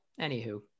Anywho